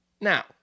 Now